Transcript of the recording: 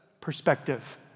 perspective